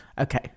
Okay